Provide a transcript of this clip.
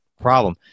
problem